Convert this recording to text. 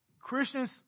Christians